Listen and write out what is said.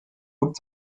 und